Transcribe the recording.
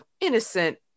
innocent